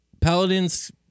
paladins